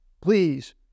please